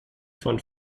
von